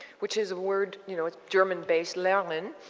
which is a word you know ah german based, lernen,